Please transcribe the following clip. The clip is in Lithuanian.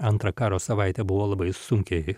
antrą karo savaitę buvo labai sunkiai